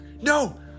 No